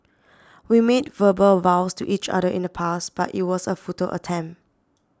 we made verbal vows to each other in the past but it was a futile attempt